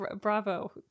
bravo